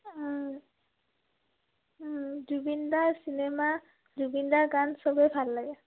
জুবিন দাৰ চিনেমা জুবিন দাৰ গান চবেই ভাল লাগে